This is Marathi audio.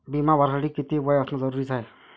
बिमा भरासाठी किती वय असनं जरुरीच हाय?